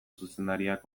zuzendariak